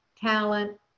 talent